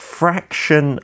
fraction